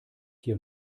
hier